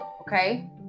okay